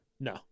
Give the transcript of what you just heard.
No